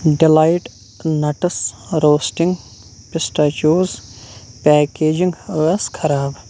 delight nuts roasting pistachios packaging ٲس خراب